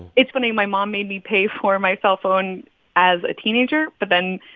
it's funny. my mom made me pay for my cellphone as a teenager. but then,